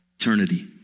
eternity